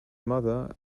mother